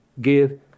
give